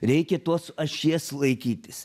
reikia tos ašies laikytis